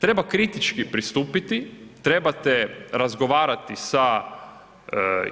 Treba kritički pristupiti, trebate razgovarati sa